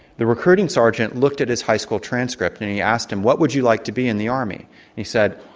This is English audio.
the recruiting sergeant looked at his high school transcript and he asked him, what would you like to be in the army? and he said,